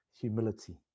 humility